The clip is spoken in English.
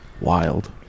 wild